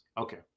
Okay